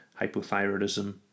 Hypothyroidism